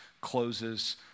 closes